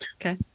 Okay